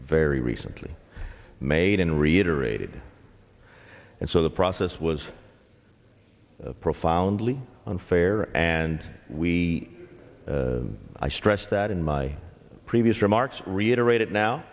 very recently made and reiterated and so the process was profoundly unfair and we i stress that in my previous remarks reiterate it